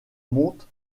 monte